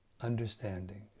understanding